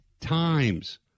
times